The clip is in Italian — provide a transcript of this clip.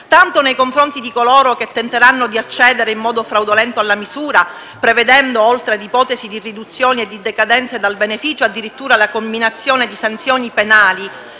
tanto nei confronti di coloro che tenteranno di accedere in modo fraudolento alla misura prevedendo, oltre a ipotesi di riduzioni e di decadenza dal beneficio, addirittura la comminazione di sanzioni penali,